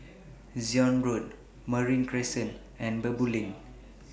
Zion Road Marine Crescent and Baboo Lane